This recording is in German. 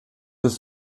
ist